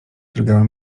drgały